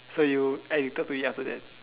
so you addicted to it after that